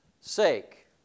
sake